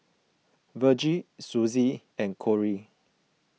Virgie Suzy and Kory